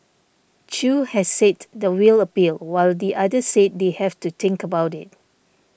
Chew has said the will appeal while the other said they have to think about it